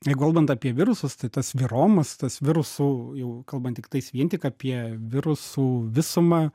jei galbant apie virusus tai tas viromas tas virusų jau kalbant tiktais vien tik apie virusų visumą